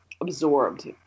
absorbed